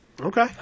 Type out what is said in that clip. Okay